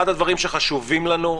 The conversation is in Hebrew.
אחד הדברים שחשובים לנו,